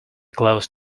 close